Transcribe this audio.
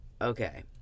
okay